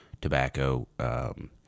tobacco